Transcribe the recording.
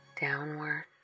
downward